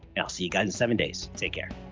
and i'll see you guys in seven days. take care.